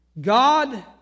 God